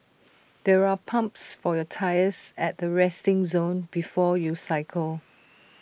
there are pumps for your tyres at the resting zone before you cycle